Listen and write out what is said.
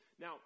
Now